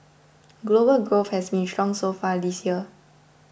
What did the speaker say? global growth has been strong so far this year